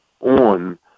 on